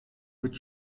mit